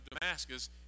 Damascus